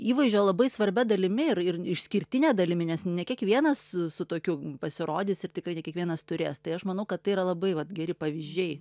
įvaizdžio labai svarbia dalimi ir ir išskirtine dalimi nes ne kiekvienas su su tokiu pasirodys ir tikrai ne kiekvienas turės tai aš manau kad tai yra labai vat geri pavyzdžiai